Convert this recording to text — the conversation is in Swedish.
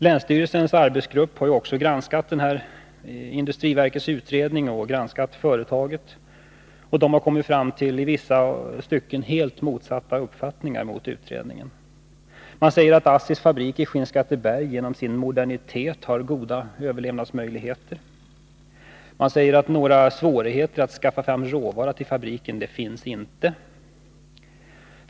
Länsstyrelsens arbetsgrupp har också granskat industriverkets utredning och granskat företaget. Man har kommit fram till en i vissa stycken helt annan uppfattning än utredningen. Man säger att ASSI:s fabrik i Skinnskatteberg genom sin modernitet har goda överlevnadsmöjligheter. Man säger att några svårigheter att skaffa fram råvara till fabriken inte finns.